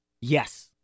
Yes